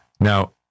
now